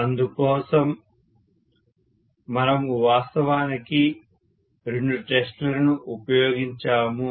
అందుకోసం మనము వాస్తవానికి రెండు టెస్ట్ లను ఉపయోగించాము